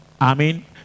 Amen